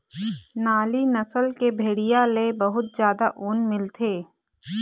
नाली नसल के भेड़िया ले बहुत जादा ऊन मिलथे